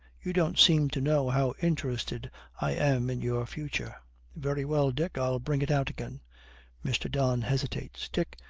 you don't seem to know how interested i am in your future very well, dick i'll bring it out again mr. don hesitates. dick,